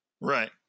Right